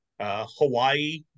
Hawaii